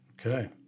Okay